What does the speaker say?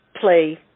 play